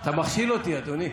אתה מכשיל אותי, אדוני.